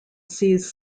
sees